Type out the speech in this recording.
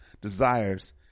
desires